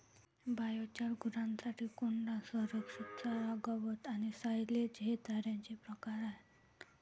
biochar, गुरांसाठी कोंडा, संरक्षित चारा, गवत आणि सायलेज हे चाऱ्याचे प्रकार आहेत